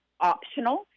optional